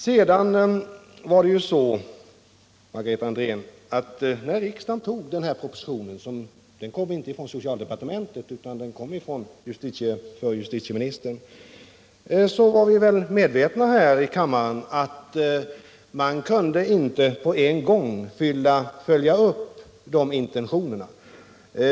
Sedan var det ju så, Margareta Andrén, att när riksdagen tog propositionen — som inte kom från socialdepartementet utan från justitieministern — var vi väl medvetna om att man inte på en gång kunde följa upp intentionerna.